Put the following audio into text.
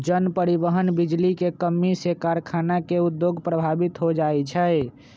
जन, परिवहन, बिजली के कम्मी से कारखाना के उद्योग प्रभावित हो जाइ छै